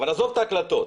אבל עזוב את ההקלטות,